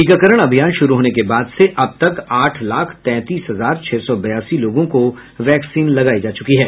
टीकाकरण अभियान शुरू होने के बाद से अब तक आठ लाख तैंतीस हजार छः सौ बयासी लोगों को वैक्सीन लगाई जा चुकी है